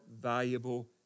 valuable